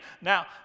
Now